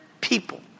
people